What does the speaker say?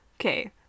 okay